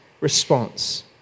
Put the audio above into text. response